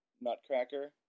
nutcracker